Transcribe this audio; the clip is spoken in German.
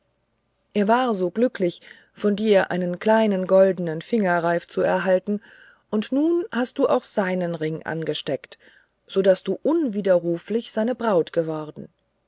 er war so glücklich von dir einen kleinen goldnen fingerreif zu erhalten und nun hast du auch seinen ring angesteckt so daß du unwiderruflich seine braut geworden